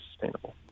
sustainable